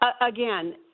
Again